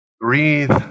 breathe